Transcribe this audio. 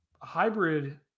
hybrid